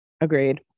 agreed